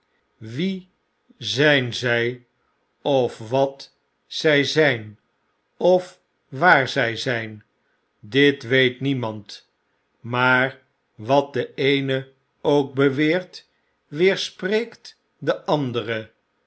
wie zjjzp of wat zg zijn of waarzij zijn dit weet niemand maar wat de eene ook beweert weerspreekt de andere